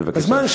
בבקשה.